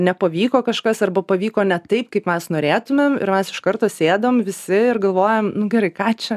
nepavyko kažkas arba pavyko ne taip kaip mes norėtumėm ir mes iš karto sėdom visi ir galvojam nu gerai ką čia